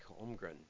Holmgren